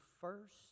first